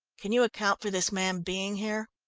can you account for this man being here?